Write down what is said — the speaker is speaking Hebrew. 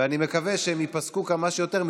ואני מקווה שהם ייפסקו כמה שיותר,